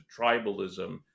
tribalism